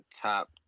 top